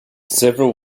several